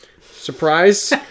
surprise